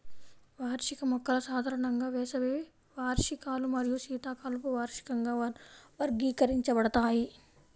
వార్షిక మొక్కలు సాధారణంగా వేసవి వార్షికాలు మరియు శీతాకాలపు వార్షికంగా వర్గీకరించబడతాయి